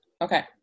Okay